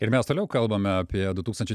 ir mes toliau kalbame apie du tūkstančiai